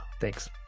Thanks